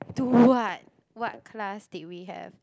do what what class did we have